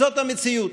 זאת המציאות.